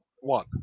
One